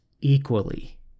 equally